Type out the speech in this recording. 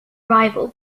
rival